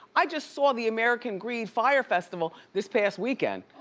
i just saw the american greed fyre festival this past weekend.